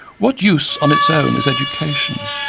what use on its own is education,